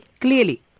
Clearly